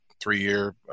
three-year